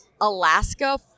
Alaska